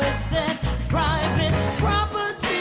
said private property